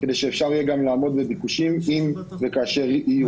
כדי שאפשר יהיה גם לעמוד בביקושים אם וכאשר יהיו.